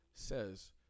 says